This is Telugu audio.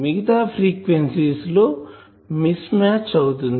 మిగతా ఫ్రీక్వెన్సీ లలో మిస్ మ్యాచ్ అవుతుంది